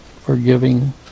forgiving